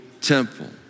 temple